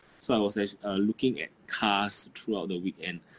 so I was act~ uh looking at cars throughout the weekend